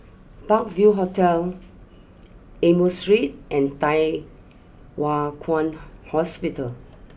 Park view Hotel Amoy Street and Thye Hua Kwan Hospital